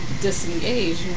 disengage